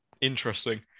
interesting